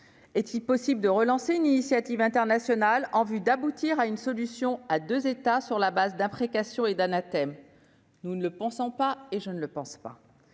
Est-il possible de relancer une initiative internationale en vue d'aboutir à une solution à deux États sur la base d'imprécations et d'anathèmes ? Je ne le crois pas non plus. Mes